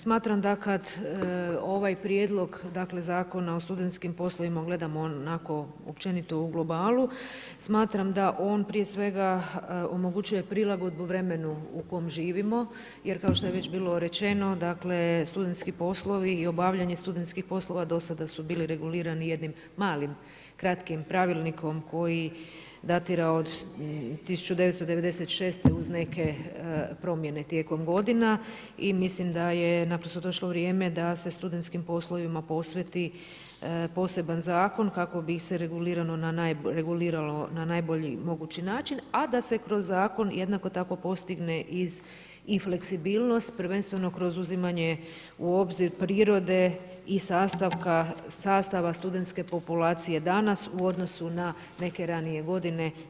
Smatram da kada ovaj prijedlog Zakona o studentskim poslovima, gledamo onako općenito u globalu, smatram da on prije svega omogućuje prilagodbu vremenu u kojem živimo, jer kao što je već bilo rečeno, studenski poslovi i obavljanje studentskih poslova, dosada su bili regulirani jedni malim kratkim pravilnikom, koji datira od 1996. uz neke promijene tijekom godina i mislim da je naprosto došlo vrijeme, da se studentskim poslovima posveti poseban zakon, kako bi ih se reguliralo na najbolji mogući način a da se kroz zakon jednako tako postigne iz i fleksibilnost, prvenstveno kroz uzimanje u obzir prirode i sastava studentske populacije danas u odnosu na neke ranije godine.